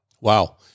Wow